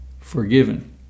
forgiven